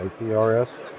APRS